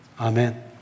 Amen